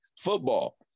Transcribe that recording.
Football